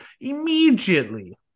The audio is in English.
immediately